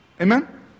Amen